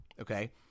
Okay